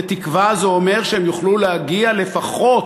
ותקווה זה אומר שהם יוכלו להגיע לפחות,